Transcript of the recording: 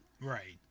Right